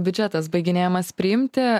biudžetas baiginėjamas priimti